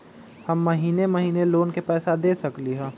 हम महिने महिने लोन के पैसा दे सकली ह?